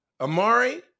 Amari